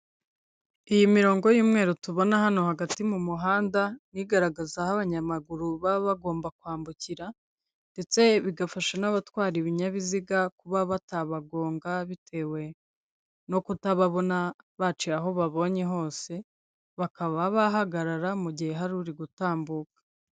Iyi mirongo y'umweru tubona hano hagati mu muhanda bigaragaza aho abanyamaguru baba bagomba kwambukira, ndetse bigafasha n'abatwara ibinyabiziga kuba batabagonga bitewe no kutababona baciye aho babonye hose, bakaba bahagarara mu gihe hari uri gutambuka.